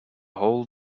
whole